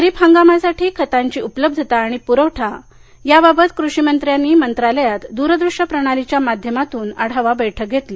खरीप हंगामासाठी खतांची उपलब्धता आणि पुरवठा याबाबत कृषीमत्र्यांनी मंत्रालयात दूरदृष्य प्रणालीच्या माध्यमातून आढावा बैठक घेतली